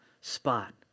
spot